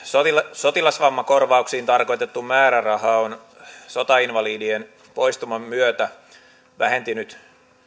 sotilasvammakorvauksiin tarkoitettu määräraha on sotainvalidien poistuman myötä vähentynyt